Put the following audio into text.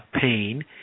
pain